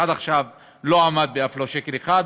ועד עכשיו לא עמד אף לא בשקל אחד,